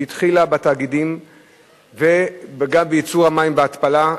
שהתחילה בתאגידים וגם בייצור המים בהתפלה,